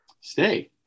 stay